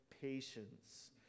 patience